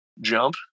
jump